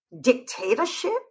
dictatorship